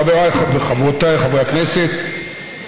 חבריי וחברותיי חברי הכנסת,